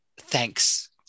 thanks